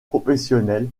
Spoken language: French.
professionnelle